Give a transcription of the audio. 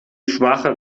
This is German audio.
schwache